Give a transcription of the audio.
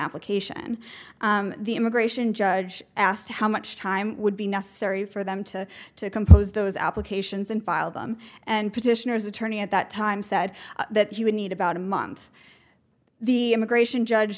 application the immigration judge asked how much time would be necessary for them to compose those applications and file them and petitioners attorney at that time said that he would need about a month the immigration judge